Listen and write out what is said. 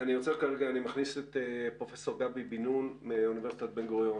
אני מכניס את פרופ' גבי בן נון מאוניברסיטת בן גוריון,